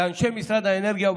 לאנשי משרד האנרגיה,